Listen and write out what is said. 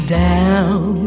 down